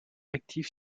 actif